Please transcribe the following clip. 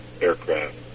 aircraft